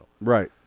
Right